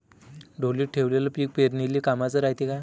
ढोलीत ठेवलेलं पीक पेरनीले कामाचं रायते का?